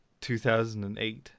2008